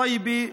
טייבה,